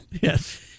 Yes